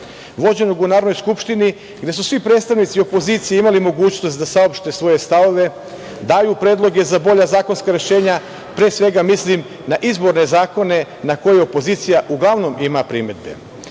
vođenog u Narodnoj skupštini gde su svi predstavnici opozicije imali mogućnost da saopšte svoje stavove, daju predloge za bolja zakonska rešenja, pre svega mislim na izborne zakone na koje opozicija uglavnom ima primedbe. Znamo